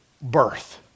birth